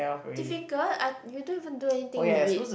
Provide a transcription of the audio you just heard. difficult I you don't even do anything with it